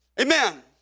Amen